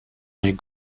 œil